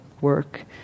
work